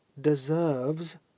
deserves